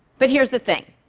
but here's the thing.